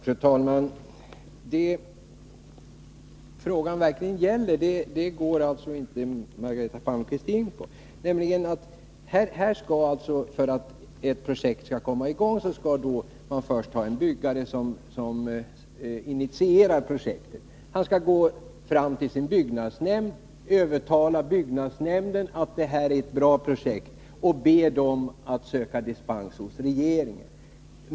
Fru talman! Det frågan verkligen gäller går inte Margareta Palmqvist in på. För att ett projekt skall komma i gång skall det först finnas en byggare som initierar projektet. Han skall gå till sin byggnadsnämnd, övertala den att detta är ett bra projekt och be byggnadsnämnden att söka dispens hos regeringen.